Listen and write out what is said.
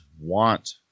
want